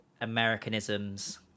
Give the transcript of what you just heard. Americanisms